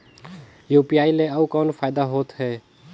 UPI ले अउ कौन फायदा होथ है?